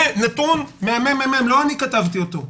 זה נתון מהממ"מ, לא אני כתבתי אותו.